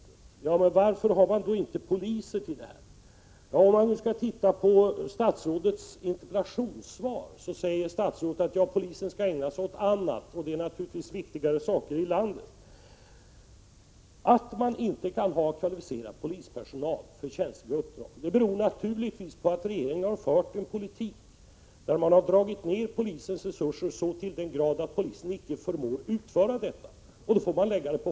Varför används då inte poliser vid förpassningar? Statsrådet säger i sitt interpellationssvar att polisen ska ägna sig åt annat, och det finns naturligtvis viktigare saker i landet. Att kvalificerad polispersonal inte används för känsliga uppdrag beror självfallet på att regeringen har fört en politik som har inneburit att polisens resurser har dragits ned till den grad att polisen icke förmår utföra sådana uppdrag.